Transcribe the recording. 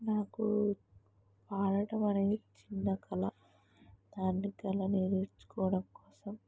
నాకు పాడటం అనేది చిన్న కల దాన్ని కల నేరవేర్చుకోవడం కోసం